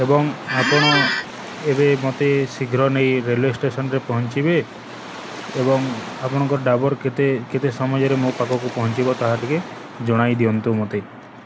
ଏବଂ ଆପଣ ଏବେ ମୋତେ ଶୀଘ୍ର ନେଇ ରେଲୱେ ଷ୍ଟେସନରେ ପହଞ୍ଚିବେ ଏବଂ ଆପଣଙ୍କ ଡ୍ରାଇଭର କେତେ କେତେ ସମୟରେ ମୋ ପାଖକୁ ପହଞ୍ଚିବ ତାହା ଟିକେ ଜଣାଇ ଦିଅନ୍ତୁ ମୋତେ